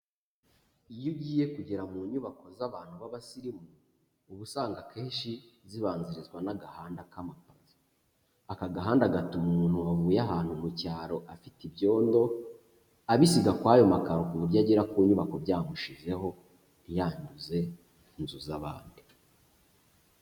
Iyo ugiye kugera mu nyubako z'abantu b'abasirimu, uba usanga akenshi zibanzirizwa n'agahanda k'amapave, aka gahanda gatuma umuntu wavuye ahantu mu cyaro afite ibyondo, abisiga kwayo makaro ku buryo agera ku nyubako byamushizeho, ntiyanduze inzu z'abandi.